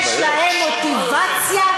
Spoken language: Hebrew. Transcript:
יש להם מוטיבציה.